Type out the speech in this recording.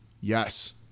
Yes